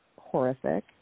horrific